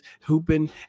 hooping